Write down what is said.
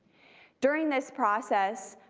during this process,